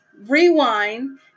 Rewind